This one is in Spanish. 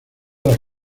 las